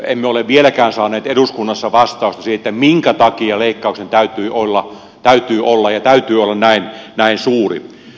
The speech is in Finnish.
emme ole vieläkään saaneet eduskunnassa vastausta siihen minkä takia leikkauksen täytyy olla täytyy olla ja täytyy olla näin suuri